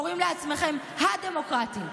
קוראים לעצמכם ה-דמוקרטים,